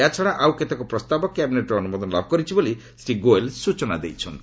ଏହାଛଡ଼ା ଆଉ କେତେକ ପ୍ରସ୍ତାବ କ୍ୟାବିନେଟ୍ର ଅନୁମୋଦନ ଲାଭ କରିଛି ବୋଲି ଶ୍ରୀ ଗୋଏଲ୍ ସୂଚନା ଦେଇଛନ୍ତି